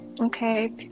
okay